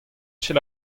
ket